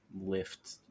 lift